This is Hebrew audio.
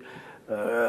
תמשיך.